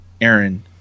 Aaron